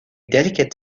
delicate